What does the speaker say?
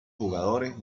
jugadores